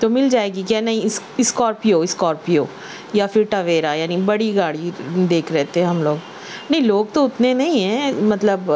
تو مل جائے گی کیا نہیں اسکارپیو اسکارپیو یا پھر ٹویرا یعنی بڑی گاڑی دیکھ رہے تھے ہم لوگ نہیں لوگ تو اتنے نہیں ہیں مطلب